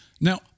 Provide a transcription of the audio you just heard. now